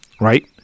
Right